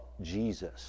Jesus